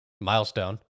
milestone